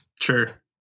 Sure